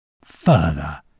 Further